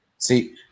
See